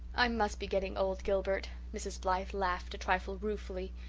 i must be getting old, gilbert. mrs. blythe laughed a trifle ruefully.